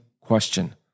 question